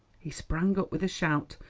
he sprang up with a shout,